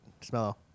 Smell